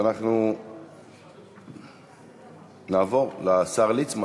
אנחנו נעבור לשר ליצמן,